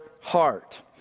heart